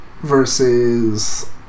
versus